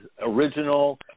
original